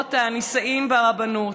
הזוגות הנישאים ברבנות.